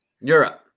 Europe